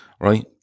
right